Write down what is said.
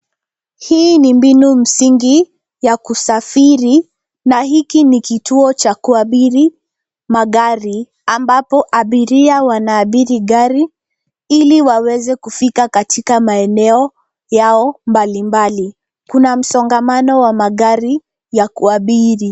Hii ni mbinu msingi ya kusafiri na hiki ni kituo cha kuabiri magari ambapo abiria wanaabiri magari ili waweze kufika katika maeneo yao mbalimbali. Kuna msongamano wa magari ya kuabiri.